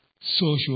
social